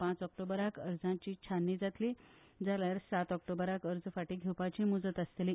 पांच ऑक्टोबराक अर्जांची छाननी जातली जाल्यार सात ऑक्टोबराक अर्ज फाटीं घेवपाची मुजत आसतली